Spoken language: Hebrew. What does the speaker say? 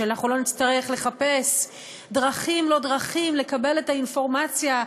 שאנחנו לא נצטרך לחפש דרכים-לא-דרכים לקבל את האינפורמציה,